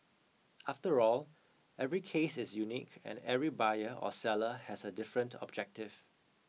after all every case is unique and every buyer or seller has a different objective